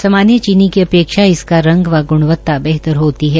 सामान्य चीनी की उपेक्षा इसका रंग गुणवता बेहतर होती है